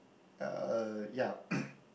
uh ya